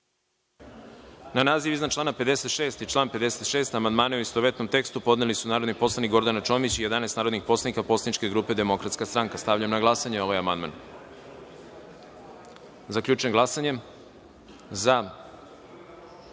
naziv iznad člana 55. i član 55. amandmane, u istovetnom tekstu, podneli su narodni poslanik Gordana Čomić i 11 narodnih poslanika poslaničke grupe DS.Stavljam na glasanje ovaj amandman. Zaključujem glasanje i